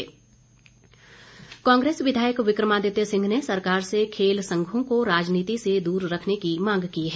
विक्रमादित्य कांग्रेस विधायक विक्रमादित्य सिंह ने सरकार से खेल संघों को राजनीति से दूर रखने की मांग की है